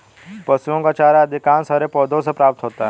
पशुओं का चारा अधिकांशतः हरे पौधों से प्राप्त होता है